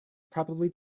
probably